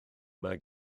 mae